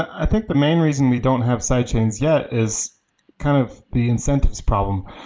i think the main reason we don't have side chains yet is kind of the incentives problem.